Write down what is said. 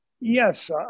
yes